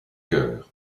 cœur